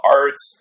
arts